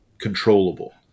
controllable